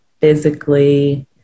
physically